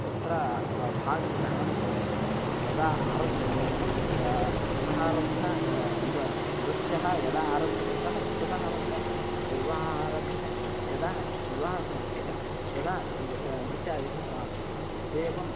तत्र भागग्रहणं भवति यदा आरभ्यते ततः आरभ्य यद् नृत्यं यदा आरभ्यते ततः ततः आरभ्य विवाहः आरभ्यते यदा विवाहः समाप्यते तदा नृ नृत्यादिकं समाप्यते एवं